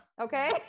Okay